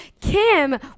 Kim